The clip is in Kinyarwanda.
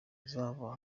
uzava